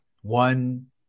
one